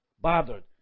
bothered